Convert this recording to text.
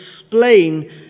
explain